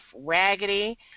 raggedy